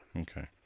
Okay